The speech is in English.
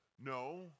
No